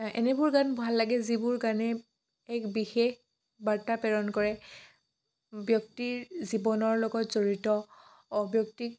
এনেবোৰ গান ভাল লাগে যিবোৰ গানে এক বিশেষ বাৰ্তা প্ৰেৰণ কৰে ব্যক্তিৰ জীৱনৰ লগত জড়িত অঁ ব্যক্তিক